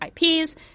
IPs